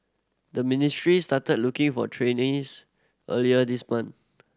the ministry started looking for trainers earlier this month